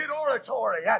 oratory